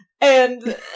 And-